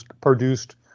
produced